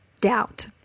doubt